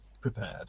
prepared